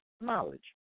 knowledge